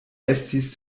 estis